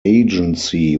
agency